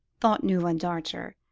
thought newland archer,